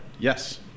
Yes